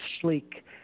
sleek